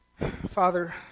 Father